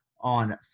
on